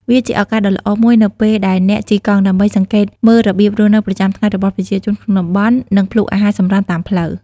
វាជាឱកាសដ៏ល្អមួយនៅពេលដែលអ្នកជិះកង់ ដើម្បីសង្កេតមើលរបៀបរស់នៅប្រចាំថ្ងៃរបស់ប្រជាជនក្នុងតំបន់ និងភ្លក់អាហារសម្រន់តាមផ្លូវ។